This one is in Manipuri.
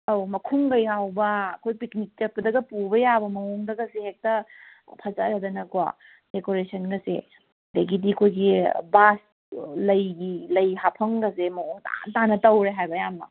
ꯑꯧ ꯃꯈꯨꯝꯒ ꯌꯥꯎꯕ ꯑꯩꯈꯣꯏ ꯄꯤꯛꯅꯤꯛ ꯆꯠꯄꯗꯒ ꯄꯨꯕ ꯌꯥꯕ ꯃꯋꯣꯡꯗꯒꯖꯦ ꯍꯦꯛꯇ ꯐꯖꯔꯗꯅꯀꯣ ꯗꯦꯀꯣꯔꯦꯁꯟꯒꯖꯦ ꯑꯗꯒꯤꯗꯤ ꯑꯩꯈꯣꯏꯒꯤ ꯂꯩꯒꯤ ꯂꯩ ꯍꯥꯞꯐꯝꯒꯁꯦ ꯃꯋꯣꯡ ꯇꯥꯅ ꯇꯥꯅ ꯇꯧꯔꯦ ꯍꯥꯏꯕ ꯌꯥꯝꯅ